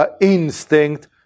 instinct